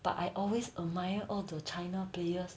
but I always admire all the china players